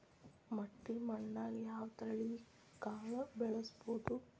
ಮಟ್ಟಿ ಮಣ್ಣಾಗ್, ಯಾವ ತಳಿ ಕಾಳ ಬೆಳ್ಸಬೋದು?